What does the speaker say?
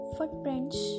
Footprints